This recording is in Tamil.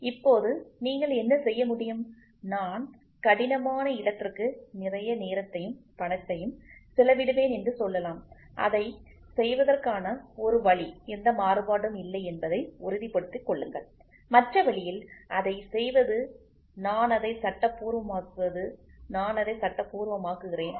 இப்போது நீங்கள் என்ன செய்ய முடியும் நான் கடினமான இடத்திற்கு நிறைய நேரத்தையும் பணத்தையும் செலவிடுவேன் என்று சொல்லலாம் அதைச் செய்வதற்கான ஒரு வழி எந்த மாறுபாடும் இல்லை என்பதை உறுதிப்படுத்திக் கொள்ளுங்கள் மற்ற வழியில் அதைச் செய்வது நான் அதை சட்டப்பூர்வமாக்குவது நான் அதை சட்டப்பூர்வமாக்குகிறேன்